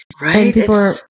Right